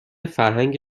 فرهنگ